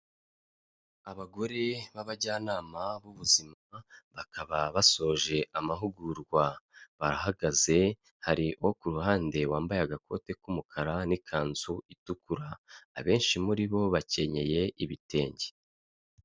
Abagore b'abajyanama b'ubuzima bakaba basoje amahugurwa, barahagaze hari uwo ku ruhande wambaye agakote k'umukara n'ikanzu itukura, abenshi muri bo bakenyeye ibitenge.